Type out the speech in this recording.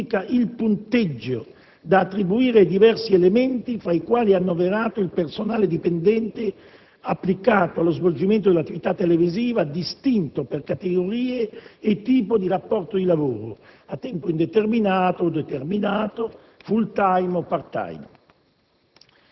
indica il punteggio da attribuire ai diversi elementi, fra i quali è annoverato il personale dipendente applicato allo svolgimento dell'attività televisiva, distinto per categorie e tipo di rapporto di lavoro (a tempo indeterminato o determinato, *full time* o *part-time*).